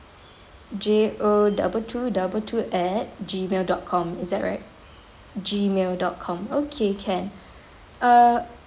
J O double two double two at Gmail dot com is that right Gmail dot com okay can err